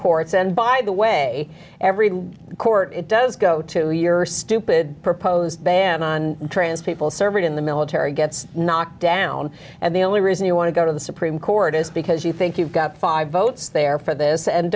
courts and by the way every court it does go to your stupid proposed ban on trans people surveyed in the military gets knocked down and the only reason you want to go to the supreme court is because you think you've got five votes there for this and